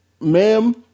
ma'am